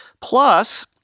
Plus